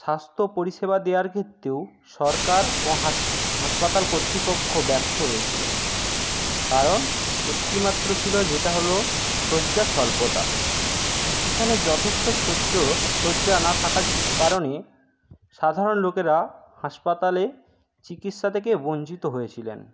স্বাস্থ্য পরিষেবা দেওয়ার ক্ষেত্রেও সরকার ও হাসপাতাল কর্তৃপক্ষ ব্যর্থ হয়েছিলেন কারণ একটি মাত্র ছিলো যেটা হলো সজ্জা স্বল্পতা এখানে যথেষ্ট সজ্জা না থাকার কারণে সাধারণ লোকেরা হাসপাতালে চিকিৎসা থেকে বঞ্চিত হয়েছিলেন